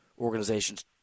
organizations